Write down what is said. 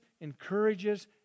encourages